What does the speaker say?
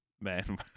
man